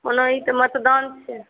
ओना ई तऽ मतदान छीयै